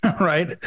Right